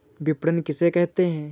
विपणन किसे कहते हैं?